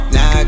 Now